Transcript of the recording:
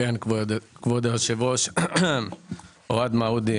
כשקורית חס וחלילה רעידת אדמה,